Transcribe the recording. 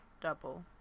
double